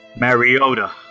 Mariota